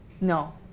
No